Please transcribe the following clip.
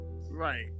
right